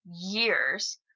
years